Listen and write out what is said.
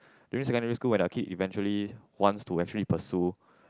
during secondary school when your kid eventually wants to actually pursue